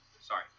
Sorry